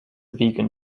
vegan